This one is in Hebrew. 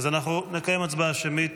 אז אנחנו נקיים הצבעה שמית.